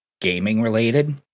gaming-related